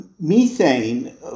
methane